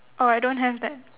oh I don't have that